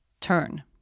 turn